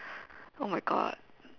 oh my God